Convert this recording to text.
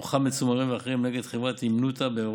מוחמד סומרין ואח' נ' חברת הימנותא בע"מ